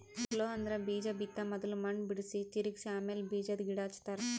plough ಅಂದ್ರ ಬೀಜಾ ಬಿತ್ತ ಮೊದುಲ್ ಮಣ್ಣ್ ಬಿಡುಸಿ, ತಿರುಗಿಸ ಆಮ್ಯಾಲ ಬೀಜಾದ್ ಗಿಡ ಹಚ್ತಾರ